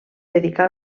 dedicà